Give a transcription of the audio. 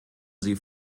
sie